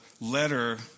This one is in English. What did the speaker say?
letter